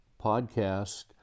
podcast